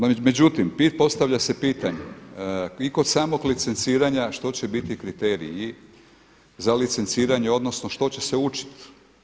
No međutim, postavlja se pitanje i kod samog licenciranja što će biti kriteriji za licenciranje, odnosno što će se učiti.